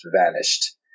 vanished